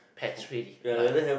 pet really like